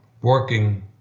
working